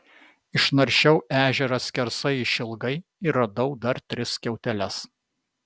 išnaršiau ežerą skersai išilgai ir radau dar tris skiauteles